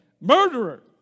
Murderer